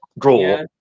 draw